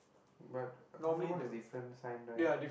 but a Tamil one is different sign right